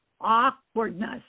awkwardness